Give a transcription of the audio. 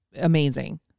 amazing